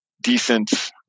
decent